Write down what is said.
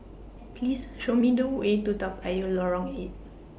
Please Show Me The Way to Toa Payoh Lorong eight